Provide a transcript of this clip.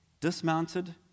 dismounted